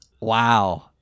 Wow